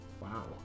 Wow